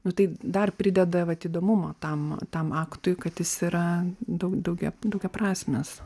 nu tai dar prideda įdomumo tam tam faktui kad jis yra daug daugia daugiaprasmis